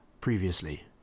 Previously